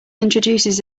introduces